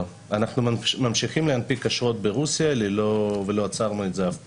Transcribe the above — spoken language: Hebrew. אנחנו ממשיכים להנפיק אשרות ברוסיה ולא עצרנו את זה אף פעם,